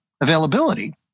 availability